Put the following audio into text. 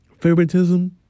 Favoritism